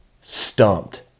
Stumped